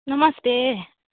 नमस्ते